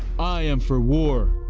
i am for war.